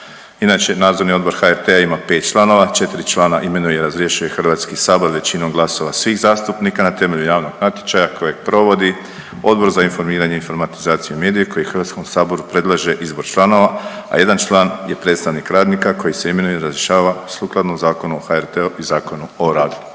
Inače NO HRT-a ima pet članova, četri člana imenuje i razrješuje HS većinom glasova svih zastupnika na temelju javnog natječaja kojeg provodi Odbor za informiranje, informatizaciju i medije koji HS-u predlaže izbor članova, a jedan član je predstavnik radnika koji se imenuje i razrješava sukladno Zakonu o HRT-u i Zakonu o radu.